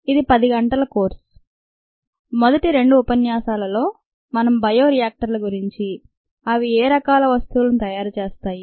ఇది 10 గంటల కోర్సుమొదటి రెండు ఉపన్యాసాలలో మనము బయో రియాక్టర్ల గురించి అవి ఏ రకాల వస్తువులను తయారు చేస్తాయి